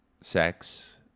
sex